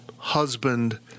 Husband